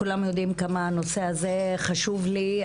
כולם יודעים כמה הנושא הזה חשוב לי.